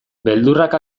beldurrak